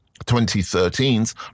2013's